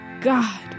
God